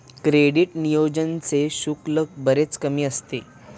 credit यूनियनचे शुल्क बरेच कमी असते